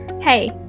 Hey